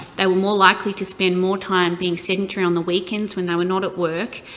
they were more likely to spend more time being sedentary on the weekends when they were not at work,